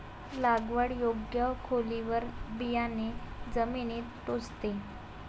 लागवड योग्य खोलीवर बियाणे जमिनीत टोचते